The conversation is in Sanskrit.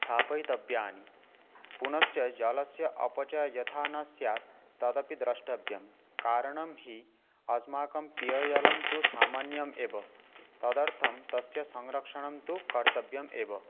स्थापयितव्यानि पुनश्च जलस्य अपचयः यथा न स्यात् तदपि द्रष्टव्यं कारणं हि अस्माकं पेययलं तु सामान्यम् एव तदर्थं तस्य संरक्षणं तु कर्तव्यम् एव